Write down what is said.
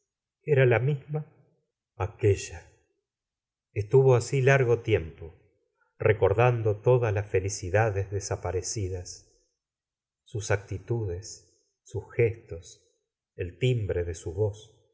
era la misma aqueua estuvo asi largo tiempo recordando todas las felicidades desaparecidas sus actitudes sus gestos el timbre de su voz